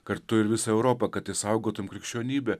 kartu ir visą europą kad išsaugotum krikščionybę